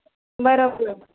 बरं बरं